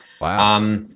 Wow